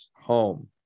home